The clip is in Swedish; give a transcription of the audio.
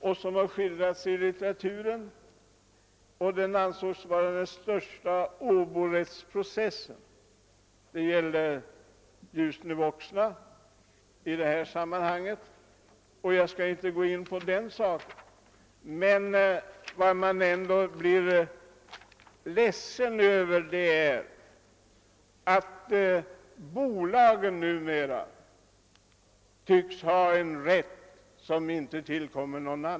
Den pågick i över 100 år och anses vara den största åborättsprocessen. Jag syftar på det s.k. Ljusne-Woxnamålet. Jag skall emellertid inte närmare gå in på detta. Vad som i detta sammanhang är upprörande är att bolagen numera tycks ha en rätt som inte tillkommer andra.